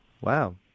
Wow